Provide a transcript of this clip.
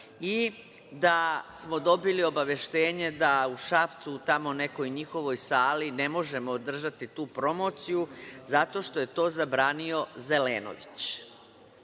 i da smo dobili obaveštenje da u Šapcu u tamo nekoj njihovoj sali ne možemo održati tu promociju zato što je to zabranio Zelenović. Dakle,